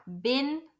bin